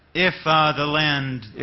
if the land.